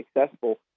successful